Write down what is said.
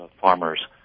farmers